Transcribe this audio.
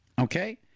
okay